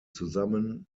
zusammen